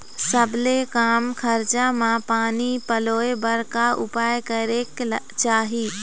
सबले कम खरचा मा पानी पलोए बर का उपाय करेक चाही?